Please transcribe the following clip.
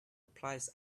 applies